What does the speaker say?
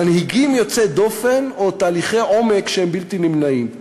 מנהיגים יוצאי דופן או תהליכי עומק שהם בלתי נמנעים?